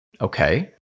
Okay